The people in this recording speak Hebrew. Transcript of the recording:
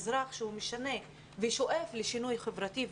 אזרח שהוא משנה ושואף לשינוי חברתי,